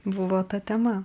buvo ta tema